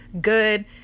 good